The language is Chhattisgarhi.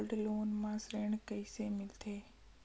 गोल्ड लोन म ऋण कइसे मिलथे?